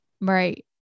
Right